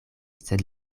sed